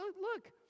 look